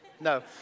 No